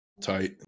tight